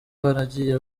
baragiye